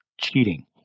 cheating